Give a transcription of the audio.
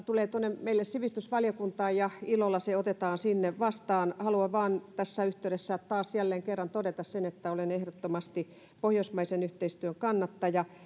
tulee meille sivistysvaliokuntaan ja ilolla se otetaan sinne vastaan haluan vain tässä yhteydessä jälleen kerran todeta sen että olen ehdottomasti pohjoismaisen yhteistyön kannattaja